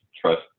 trust